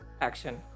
action